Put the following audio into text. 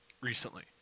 recently